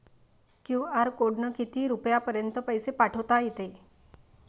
QR कोडनं किती रुपयापर्यंत पैसे पाठोता येते?